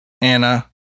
Anna